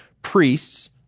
priests